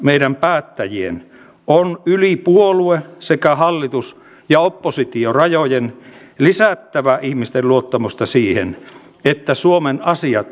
suomessa aikanaan silloin kun oli sota miehet menivät rintamalle naiset olivat kotirintamalla lapset lähtivät ruotsiin turvaan